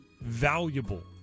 valuable